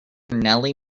nellie